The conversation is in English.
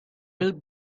built